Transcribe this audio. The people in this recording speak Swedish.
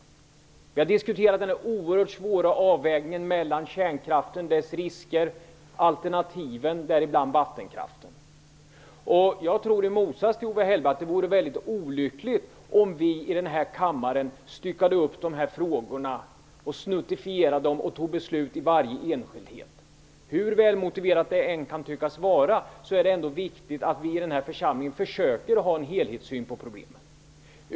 Vi har diskuterat den oerhört svåra avvägningen mellan kärnkraften, dess risker, och alternativen, däribland vattenkraften. Jag tror i motsats till Owe Hellberg att det vore mycket olyckligt om vi i den här kammaren styckade upp de här frågorna, snuttifierade dem och fattade beslut i varje enskildhet. Hur välmotiverat det än kan tyckas vara är det viktigt att vi i den här församlingen försöker ha en helhetssyn på problemen.